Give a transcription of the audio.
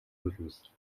нулимс